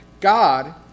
God